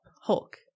Hulk